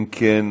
אם כן,